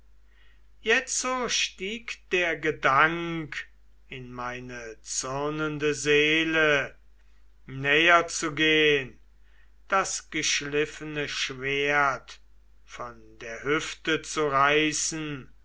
jetzo stieg der gedank in meine zürnende seele näher zu gehn das geschliffene schwert von der hüfte zu reißen